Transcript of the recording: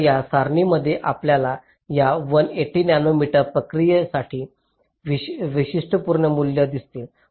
तर या सारणीमध्ये आपल्याला या 180 नॅनोमीटर प्रक्रियेसाठी वैशिष्ट्यपूर्ण मूल्ये दिसतील